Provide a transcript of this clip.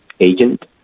agent